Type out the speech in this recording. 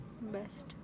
Best